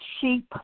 sheep